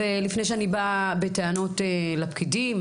לפני שאני באה בטענות לפקידים,